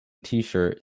tshirt